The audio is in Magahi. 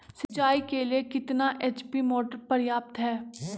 सिंचाई के लिए कितना एच.पी मोटर पर्याप्त है?